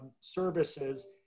services